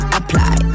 apply